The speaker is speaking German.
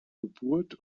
geburt